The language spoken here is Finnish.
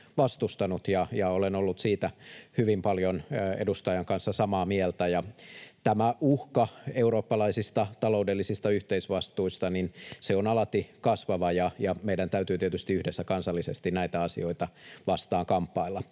vastustanut, ja olen ollut siitä hyvin paljon edustajan kanssa samaa mieltä. Tämä uhka eurooppalaisista taloudellisista yhteisvastuista on alati kasvava, ja meidän täytyy tietysti yhdessä kansallisesti näitä asioita vastaan kamppailla.